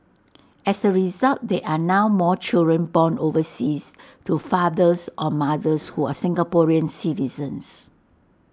as A result there are now more children born overseas to fathers or mothers who are Singaporean citizens